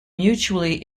mutually